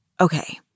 Okay